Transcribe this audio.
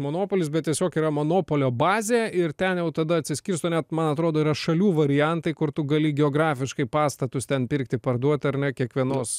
monopolis bet tiesiog yra monopolio bazė ir ten jau tada atsiskirsto net man atrodo yra šalių variantai kur tu gali geografiškai pastatus ten pirkti parduot ar ne kiekvienos